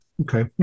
Okay